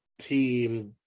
team